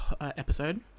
episode